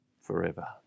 forever